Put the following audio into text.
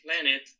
planet